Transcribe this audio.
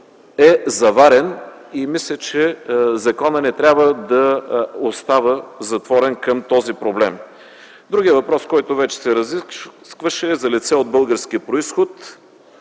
е заварен. Мисля, че законът не трябва да остава затворен към този проблем. Другият въпрос, който вече се разисква, е за лице от български произход.